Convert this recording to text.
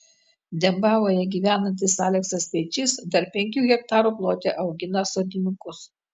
dembavoje gyvenantis aleksas speičys dar penkių hektarų plote augina sodinukus